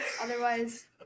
otherwise